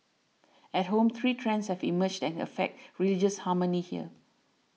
at home three trends have emerged that can affect religious harmony here